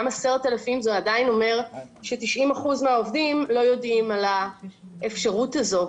גם 10,000 זה עדיין אומר ש-90% מהעובדים לא יודעים על האפשרות הזו,